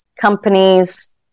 companies